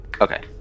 Okay